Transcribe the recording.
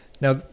Now